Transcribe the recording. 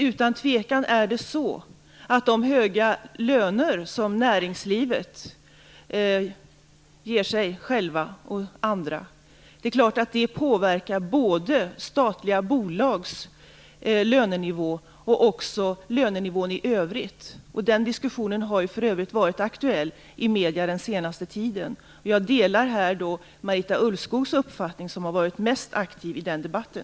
Utan tvekan är det så, att de höga löner som man inom näringslivet ger sig själv och andra påverkar både statliga bolags lönenivå och lönenivån i övrigt. Den diskussionen har för övrigt varit aktuell i medierna den senaste tiden. Jag delar Marita Ulvskogs uppfattning. Hon har varit mest aktiv i den debatten.